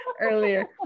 earlier